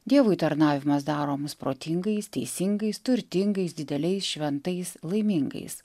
dievui tarnavimas daro mus protingais teisingais turtingais dideliais šventais laimingais